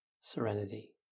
serenity